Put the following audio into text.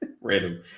random